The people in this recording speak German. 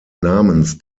namens